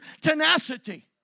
tenacity